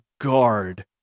guard